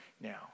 now